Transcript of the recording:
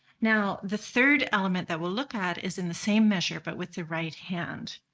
now, the third element that we'll look at is in the same measure. but with the right hand.